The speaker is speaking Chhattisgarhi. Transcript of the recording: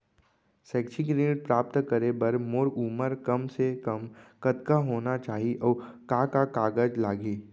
शैक्षिक ऋण प्राप्त करे बर मोर उमर कम से कम कतका होना चाहि, अऊ का का कागज लागही?